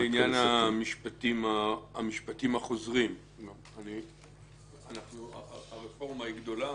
בעניין המשפטים החוזרים, הרפורמה היא גדולה